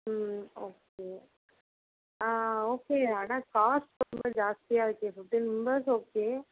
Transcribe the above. ம் okay okay ஆனால் cost மட்டும் ஜாஸ்தியாக ஃபிஃப்ட்டின் மெம்பர்ஸ் ஓகே